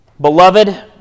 Beloved